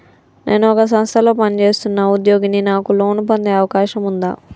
నేను ఒక సంస్థలో పనిచేస్తున్న ఉద్యోగిని నాకు లోను పొందే అవకాశం ఉందా?